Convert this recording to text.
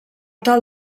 tal